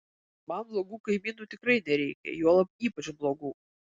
man blogų kaimynų tikrai nereikia juolab ypač blogų